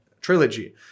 trilogy